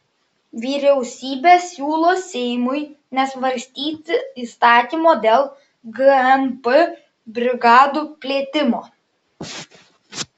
vyriausybė siūlo seimui nesvarstyti įstatymo dėl gmp brigadų plėtimo